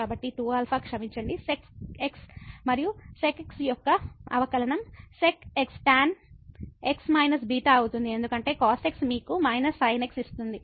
కాబట్టి 2 α క్షమించండి sec x మరియు sec x యొక్క అవకలనం sec x tan x−β అవుతుంది ఎందుకంటే cos x మీకు sin x ఇస్తుంది